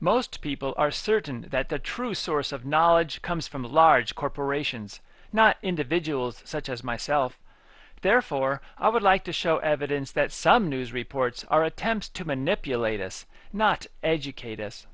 most people are certain that the true source of knowledge comes from the large corporations not individuals such as myself therefore i would like to show evidence that some news reports are attempts to manipulate us not educate us